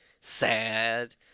sad